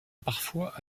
parfois